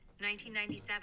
1997